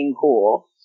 cool